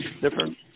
different